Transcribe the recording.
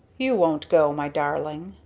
you won't go, my darling!